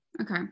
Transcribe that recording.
Okay